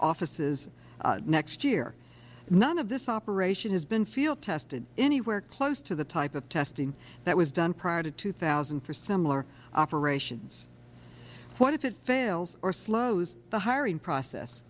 offices next year none of this operation has been field tested anywhere close to the type of testing that was done prior to two thousand for similar operations what if it fails or slows the hiring process